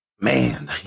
man